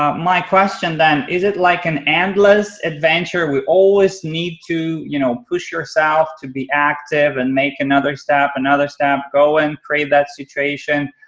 um my question then, is it like an endless adventure, we always need to you know push yourself to be active and make another step, another step, go and create that situation?